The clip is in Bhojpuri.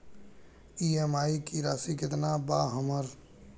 ई.एम.आई की राशि केतना बा हमर?